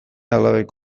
alabek